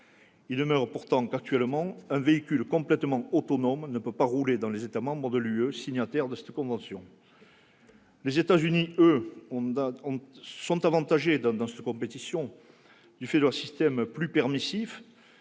Il demeure pourtant que, actuellement, un véhicule complètement autonome ne peut pas circuler dans les États membres de l'Union européenne, signataires de cette convention. Les États-Unis, eux, sont avantagés dans cette compétition par leur système plus permissif,